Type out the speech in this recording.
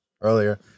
earlier